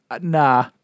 nah